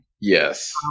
Yes